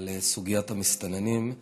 על סוגיית המסתננים.